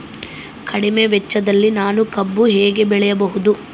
ಕಡಿಮೆ ವೆಚ್ಚದಲ್ಲಿ ನಾನು ಕಬ್ಬು ಹೇಗೆ ಬೆಳೆಯಬಹುದು?